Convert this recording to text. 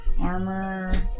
armor